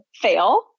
fail